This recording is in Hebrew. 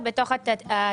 הצעת חוק התקציב,